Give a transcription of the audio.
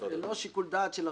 ללא שיקול דעת של הרשות,